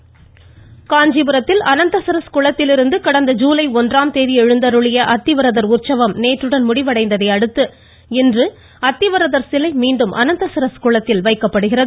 அத்திவரதர் காஞ்சிபுரத்தில் அனந்தசரஸ் குளத்திலிருந்து கடந்த ஜுலை ஒன்றாம் தேதி எழுந்தருளிய அத்திவரதர் உற்சவம் நேற்றடன் முடிவடைந்ததையடுத்து இன்று அத்திவரதர் சிலை மீண்டும் அனந்தசரஸ் குளத்தில் வைக்கப்படுகிறது